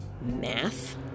math